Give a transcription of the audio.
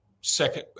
second